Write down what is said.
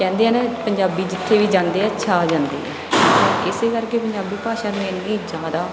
ਕਹਿੰਦੇ ਆ ਨਾ ਪੰਜਾਬੀ ਜਿੱਥੇ ਵੀ ਜਾਂਦੇ ਆ ਛਾ ਜਾਂਦੇ ਆ ਇਸ ਕਰਕੇ ਪੰਜਾਬੀ ਭਾਸ਼ਾ ਨੂੰ ਇੰਨੀ ਜ਼ਿਆਦਾ